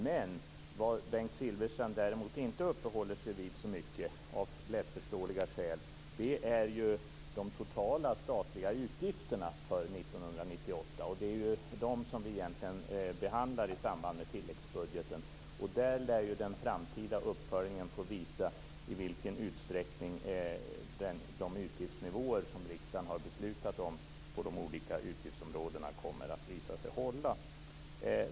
Men vad Bengt Silfverstrand inte uppehåller sig vid så mycket av lättförståeliga skäl är de totala statliga utgifterna för 1998. Det är ju dem vi egentligen behandlar i samband med tilläggsbudgeten, och där lär den framtida uppföljningen få visa i vilken utsträckning de utgiftsnivåer som riksdagen har beslutat om på de olika utgiftsområdena kommer att visa sig hålla.